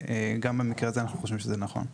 וגם במקרה הזה אנחנו חושבים שזה נכון.